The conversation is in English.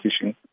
fishing